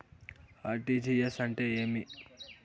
RTGS అంటే ఏమి?